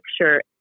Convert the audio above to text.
sure